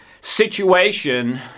situation